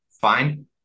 fine